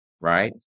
right